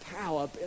power